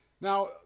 Now